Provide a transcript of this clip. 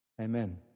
Amen